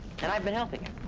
and i've been helping him.